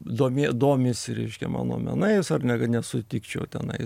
domė domisi reiškia mano menai ar ne nesutikčiau tenai